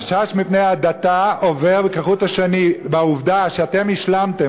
החשש מפני ההדתה עובר כחוט השני בעובדה שאתם השלמתם,